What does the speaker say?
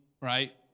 right